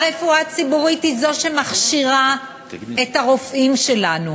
הרפואה הציבורית היא זו שמכשירה את הרופאים שלנו,